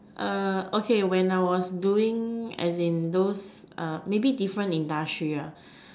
okay when I was doing as in those maybe different industry